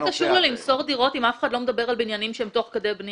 איך זה קשור לדירות אם אף אחד לא מדבר על מבנים שתוך כדי בנייה.